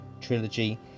trilogy